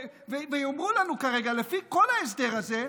ויאמרו לנו כרגע, לפי כל ההסדר הזה,